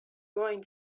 going